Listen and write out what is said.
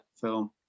film